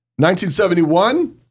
1971